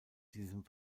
diesem